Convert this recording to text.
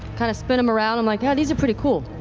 kind of spin them around. i'm like yeah, these pretty cool.